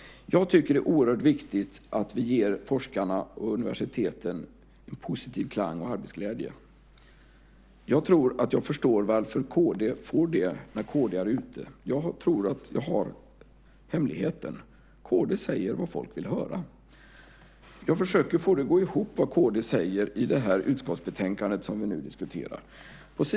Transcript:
Jag tycker att det är oerhört viktigt att vi ger forskarna och universiteten en positiv klang och arbetsglädje. Jag tror att jag förstår varför Kristdemokraterna får det när de är ute. Jag tror att jag vet hemligheten. Kristdemokraterna säger vad folk vill höra. Jag försöker få det som Kristdemokraterna säger i det utskottsbetänkande som vi nu diskuterar att gå ihop.